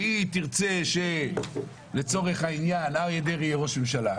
והיא תרצה שלצורך העניין אריה דרעי יהיה ראש הממשלה,